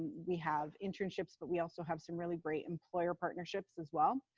we have internships, but we also have some really great employer partnerships as well.